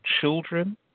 children